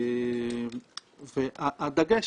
הדגש,